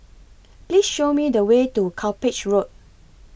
Please Show Me The Way to Cuppage Road